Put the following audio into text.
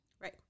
Right